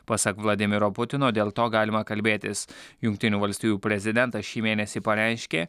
pasak vladimiro putino dėl to galima kalbėtis jungtinių valstijų prezidentas šį mėnesį pareiškė